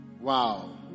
Wow